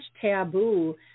taboo